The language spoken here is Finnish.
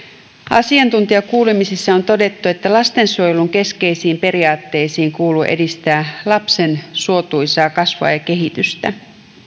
asiantuntijakuulemisissa on todettu että lastensuojelun keskeisiin periaatteisiin kuuluu edistää lapsen suotuisaa kasvua ja kehitystä